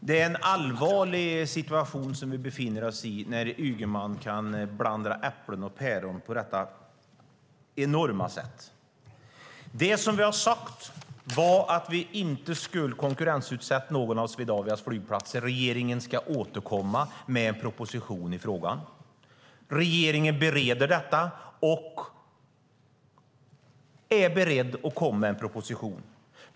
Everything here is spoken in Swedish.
Fru talman! Det är allvarligt när Ygeman kan blanda äpplen och päron på detta sätt. Vi har sagt att vi inte ska konkurrensutsätta någon av Swedavias flygplatser. Regeringen ska återkomma med en proposition i frågan. Regeringen bereder detta och är beredd att komma med en proposition.